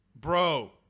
bro